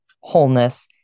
wholeness